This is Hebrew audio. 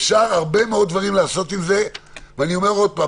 אפשר לעשות הרבה מאוד דברים ואני אומר שוב,